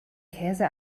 käse